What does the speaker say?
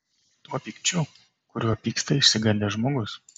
tuo pykčiu kuriuo pyksta išsigandęs žmogus